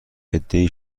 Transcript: عدهای